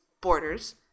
borders